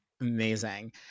Amazing